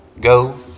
go